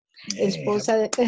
Esposa